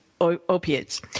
opiates